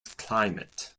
climate